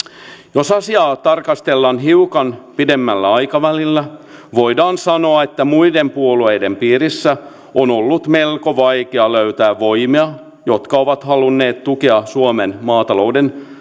jos asiaa tarkastellaan hiukan pidemmällä aikavälillä voidaan sanoa että muiden puolueiden piiristä on ollut melko vaikea löytää voimia jotka ovat halunneet tukea suomen maatalouden